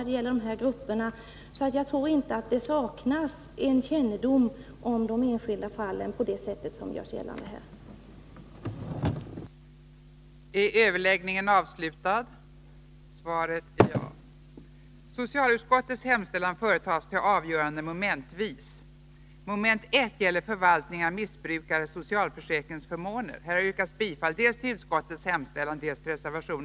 Jag tror därför inte att det saknas kännedom om de enskilda fallen på det sätt som här har gjorts gällande.